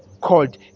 called